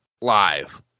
live